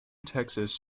texas